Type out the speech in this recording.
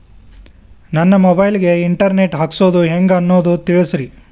ನನ್ನ ಮೊಬೈಲ್ ಗೆ internet ಹಾಕ್ಸೋದು ಹೆಂಗ್ ಅನ್ನೋದು ತಿಳಸ್ರಿ